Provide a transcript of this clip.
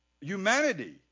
humanity